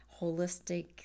holistic